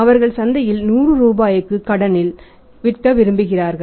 அவர்கள் சந்தையில் 100 ரூபாய்க்கு கடனில் விற்க விரும்புகிறார்கள்